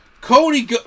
Cody